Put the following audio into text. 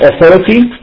authority